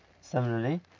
Similarly